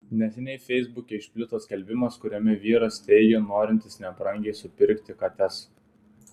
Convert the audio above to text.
neseniai feisbuke išplito skelbimas kuriame vyras teigia norintis nebrangiai supirkti kates